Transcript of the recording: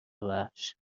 وحش